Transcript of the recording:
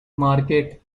market